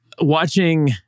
watching